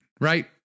right